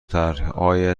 طرحهای